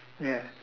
yes